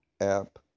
app